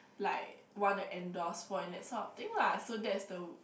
like wanna endorse for and that sort of thing lah so that's the